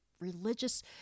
religious